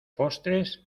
postres